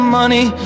money